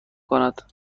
کند